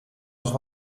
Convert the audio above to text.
nog